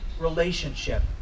relationship